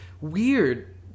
weird